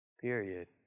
Period